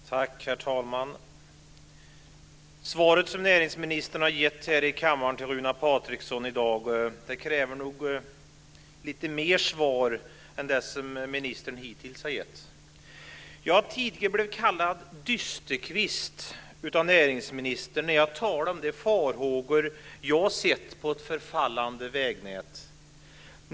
Herr talman! Den interpellation av Runar Patriksson som näringsministern har besvarat här i kammaren i dag kräver nog lite mer svar än det som ministern hittills har gett. Jag har tidigare blivit kallad dysterkvist av näringsministern när jag talar om de farhågor jag haft om ett vägnät i förfall.